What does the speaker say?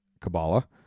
Kabbalah